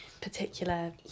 particular